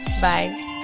Bye